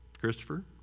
Christopher